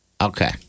Okay